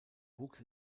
wuchs